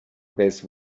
best